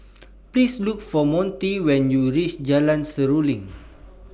Please Look For Monty when YOU REACH Jalan Seruling